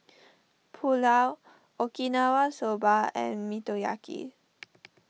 Pulao Okinawa Soba and Motoyaki